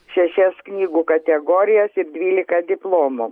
šešias knygų kategorijas ir dvylika diplomų